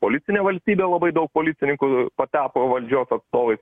politinė valstybė labai daug policininkų patapo valdžios atstovais